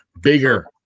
bigger